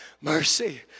mercy